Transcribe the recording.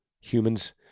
Humans